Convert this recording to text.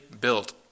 built